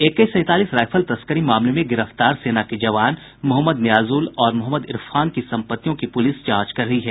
एके सैंतालीस राईफल तस्करी मामले में गिरफ्तार सेना के जवान मोहम्मद नियाजुल और मोहम्मद इरफान की सम्पत्तियों की पुलिस जांच कर रही है